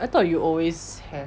I thought you always have